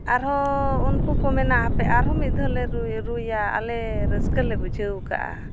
ᱟᱨᱦᱚᱸ ᱩᱱᱠᱩ ᱠᱚ ᱢᱮᱱᱟ ᱦᱟᱯᱮ ᱟᱨᱦᱚᱸ ᱢᱤᱫ ᱫᱷᱟᱣᱞᱮ ᱨᱩᱭᱟ ᱟᱞᱮ ᱨᱟᱹᱥᱠᱟᱹ ᱞᱮ ᱵᱩᱡᱷᱟᱹᱣ ᱟᱠᱟᱫᱼᱟ